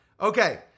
Okay